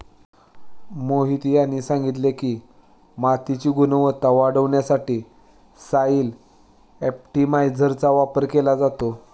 मोहित यांनी सांगितले की, मातीची गुणवत्ता वाढवण्यासाठी सॉइल ऑप्टिमायझरचा वापर केला जातो